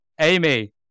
Amy